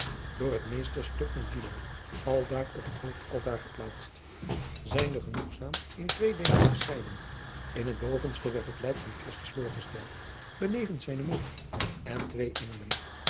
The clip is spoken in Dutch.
door het meesterstuk van guido aldaar op het hoofdaltaar geplaatst zijnde genoegzaam in twee deelen gescheiden in het bovenste werd het lijk van christus voorgesteld benevens zijne moeder en twee engelen